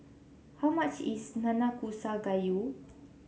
how much is Nanakusa Gayu